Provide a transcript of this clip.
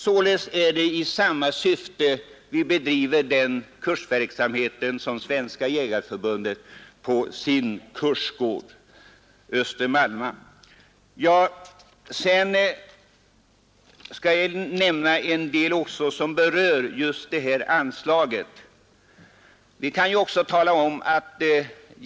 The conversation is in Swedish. Vi bedriver således kursverksamhet i samma syfte som Svenska jägareförbundet på sin kursgård Öster-Malma. Jag vill också nämna något rörande just anslaget.